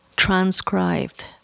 transcribed